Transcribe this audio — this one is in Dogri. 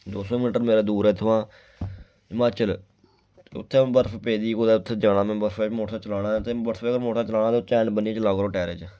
दो सौ मीटर मेरा दूर इत्थुआं हिमाचल उत्थें बर्फ पेदी कुतै उत्थै जाना में बर्फ च मोटर चलाना ऐ ते बर्फ अगर मोटर चलाना ते चैन बन्नियै चला करो टैरे च